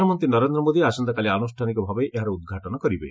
ପ୍ରଧାନମନ୍ତ୍ରୀ ନରେନ୍ଦ୍ର ମୋଦି ଆସନ୍ତାକାଲି ଆନୁଷ୍ଠାନିକ ଭାବେ ଏହାର ଉଦ୍ଘାଟନ କରିବେ